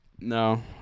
No